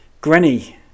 granny